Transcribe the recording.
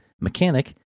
mechanic